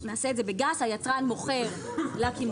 נעשה את זה בגס היצרן מוכר לקמעונאי.